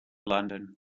london